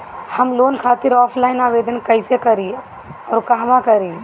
हम लोन खातिर ऑफलाइन आवेदन कइसे करि अउर कहवा करी?